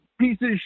pieces